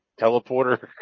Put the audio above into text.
teleporter